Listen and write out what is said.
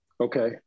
Okay